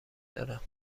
دارم